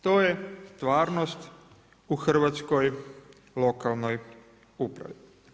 To je stvarnost u hrvatskoj lokalnoj upravi.